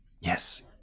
Yes